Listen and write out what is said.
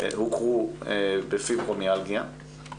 הוכרו בפיברומיאלגיה,